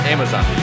Amazon